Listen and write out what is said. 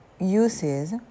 uses